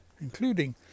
including